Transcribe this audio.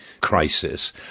crisis